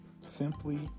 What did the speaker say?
Simply